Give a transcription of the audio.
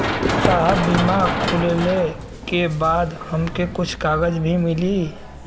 साहब बीमा खुलले के बाद हमके कुछ कागज भी मिली?